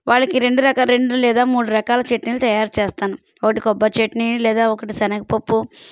వాళ్ళకి రెండు రకాలు రెండు లేదా మూడు రకాల చట్నీలు తయారు చేస్తాను ఒకటి కొబ్బరి చట్నీ లేదా ఒకటి శనగ పప్పు